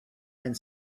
and